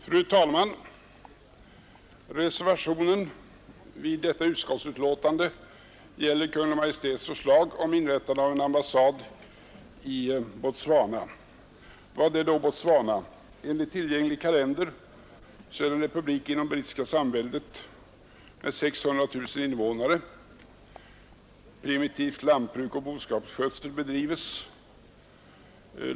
Fru talman! Reservationen vid detta utskottsbetänkande gäller Kungl Maj:ts förslag om inrättande av en ambassad i Botswana. Vad är då Botswana? Enligt tillgänglig kalender är det en republik inom det brittiska samväldet med 600 000 invånare. Primitivt lantbruk och boskapsskötsel bedrivs.